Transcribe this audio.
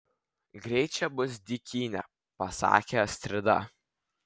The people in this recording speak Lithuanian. greit čia bus dykynė pasakė astrida